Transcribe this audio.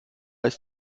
ist